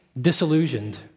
disillusioned